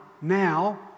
now